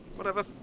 whatever